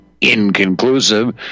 inconclusive